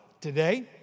today